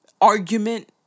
argument